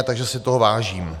Takže si toho vážím.